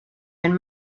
and